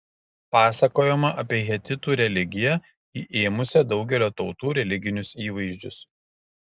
pasakojama apie hetitų religiją įėmusią daugelio tautų religinius įvaizdžius